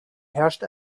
herrscht